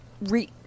re